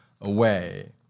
away